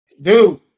dude